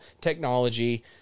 technology